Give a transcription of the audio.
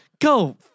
Go